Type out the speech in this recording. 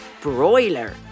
broiler